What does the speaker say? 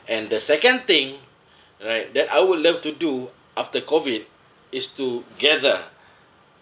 and the second thing right that I would love to do after COVID is to gather